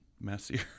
messier